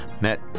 Met